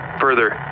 Further